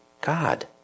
God